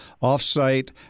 off-site